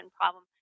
problem